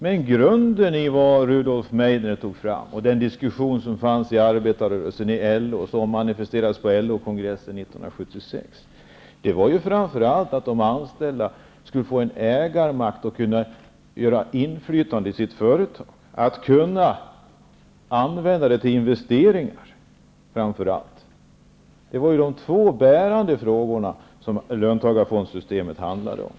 Men grunden i det som Rudolf Meidner tog fram, och den diskussion som fördes inom arbetarrörelsen och som manifesterades på LO-kongressen 1976, var framför allt att de anställda skulle få en ägandemakt och inflytande i sina företag, framför allt vid investeringar. Det här var de två bärande frågorna som löntagarfondssystemet handlade om.